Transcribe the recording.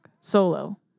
Solo